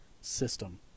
system